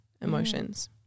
emotions